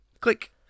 click